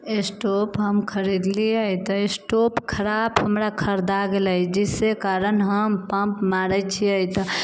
stove हम खरीदलिऐ तऽ स्टोव खराप हमरा खरदा गेलै जिसके कारण हम पम्प मारै छिऐ तऽ